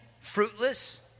fruitless